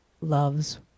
loves